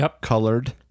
colored